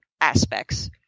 aspects